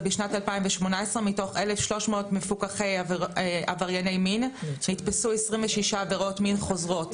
ובשנת 2018 מתוך 1,300 עברייני מין מפוקחים נתפסו 26 עבירות מין חוזרות.